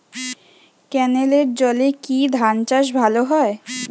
ক্যেনেলের জলে কি ধানচাষ ভালো হয়?